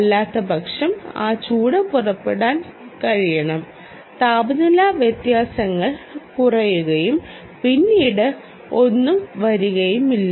അല്ലാത്തപക്ഷം ആ ചൂട് പുറത്തെടുക്കാൻ കഴിയണം താപനില വ്യത്യാസങ്ങൾ കുറയുകയും പിന്നീട് ഒന്നും വരികയുമില്ല